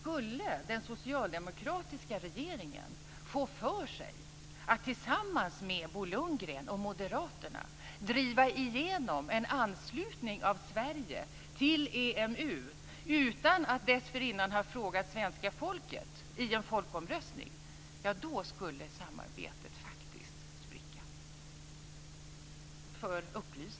Om den socialdemokratiska regeringen skulle få för sig att tillsammans med Bo Lundgren och moderaterna driva igenom en anslutning av Sverige till EMU utan att dessförinnan ha frågat svenska folket i en folkomröstning skulle samarbetet faktiskt spricka.